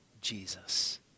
Jesus